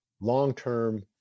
long-term